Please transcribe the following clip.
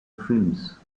films